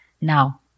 Now